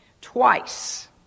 Twice